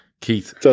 Keith